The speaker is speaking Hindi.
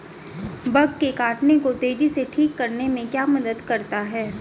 बग के काटने को तेजी से ठीक करने में क्या मदद करता है?